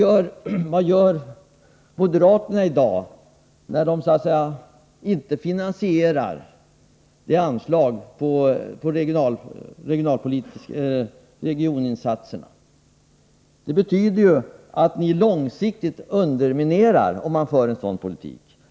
Men vad gör moderaterna i dag, när de inte finansierar de regionala insatserna? Att föra en sådan politik som ni moderater företräder innebär en långsiktig underminering.